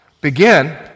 begin